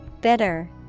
Bitter